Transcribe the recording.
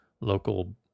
local